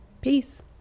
peace